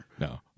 no